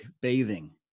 bathing